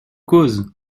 cause